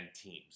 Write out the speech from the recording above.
teams